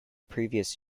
previous